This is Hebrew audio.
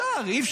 אתה לא יכול.